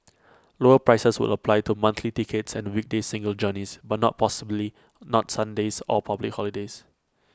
lower prices would apply to monthly tickets and weekday single journeys but not possibly not Sundays or public holidays